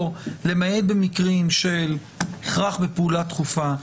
או למעט במקרים של הכרח בפעולה דחופה,